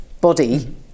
body